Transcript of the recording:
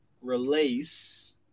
release